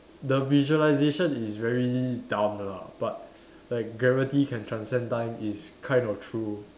the visualisation is very dumb lah but like gravity can transcend time is kind of true